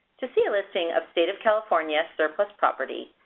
to see a listing of state of california surplus property,